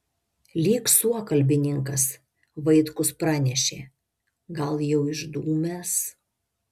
lyg suokalbininkas vaitkus pranešė gal jau išdūmęs